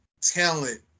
talent